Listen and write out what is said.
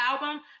album